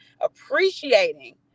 appreciating